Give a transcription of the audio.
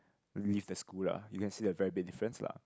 leave the school lah you can see the very big difference lah